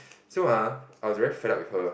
so ah I was very fed up with her